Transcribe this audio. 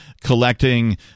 collecting